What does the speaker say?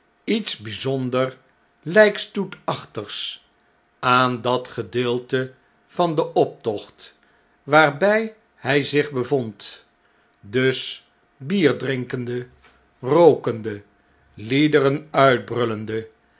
iets bijzonder lijkstoetachtigs aan dat gedeelte van den optocht waarbij h j zich bevond dus bier drinkende rookende liederen uitbrullende